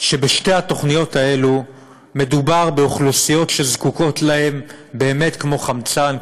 שבשתי התוכניות האלה מדובר באוכלוסיות שזקוקות להם באמת כמו חמצן,